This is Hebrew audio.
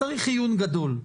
צריך עיון גדול,